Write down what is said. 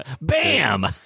Bam